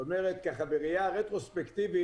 זאת אומרת: בראייה רטרוספקטיבית,